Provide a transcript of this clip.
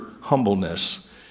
humbleness